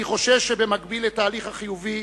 אני חושש שבמקביל לתהליך החיובי